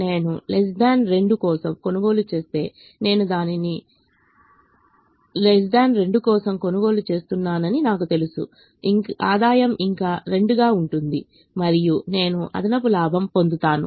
నేను 2 కోసం కొనుగోలు చేస్తే నేను దానిని 2 కోసం కొనుగోలు చేస్తున్నానని నాకు తెలుసు ఆదాయం ఇంకా 2 గా ఉంటుంది మరియు నేను అదనపు లాభం పొందుతాను